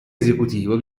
esecutivo